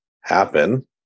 happen